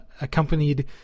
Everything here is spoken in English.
accompanied